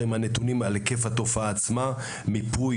מהנתונים על היקף התופעה עצמה; שיוצג מיפוי